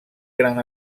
gran